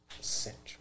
Central